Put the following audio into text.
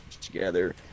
together